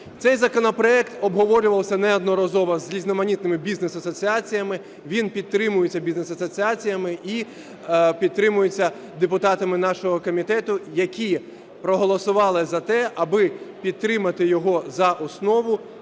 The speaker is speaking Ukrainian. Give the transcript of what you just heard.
Цей законопроект обговорювався неодноразово з різноманітними бізнес-асоціаціями, він підтримується бізнес-асоціаціями і підтримується депутатами нашого комітету, які проголосували за те, аби підтримати його за основу